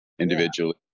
individually